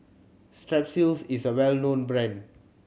Strepsils is a well known brand